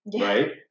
right